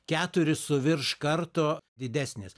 keturis su virš karto didesnės